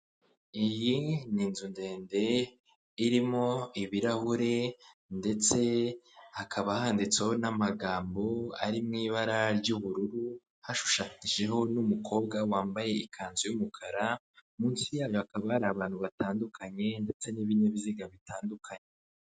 Iyi ni inzu ndende irimo ibirahure ndetse hakaba handitseho n'amagambo ari mu ibara ry'ubururu hashushanyijeho n'umukobwa wambaye ikanzu y'umukara mu nsi yabyo hakaba hari abantu batandukanye ndetse n'ibinyabiziga bitandukanye.